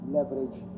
Leverage